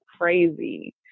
crazy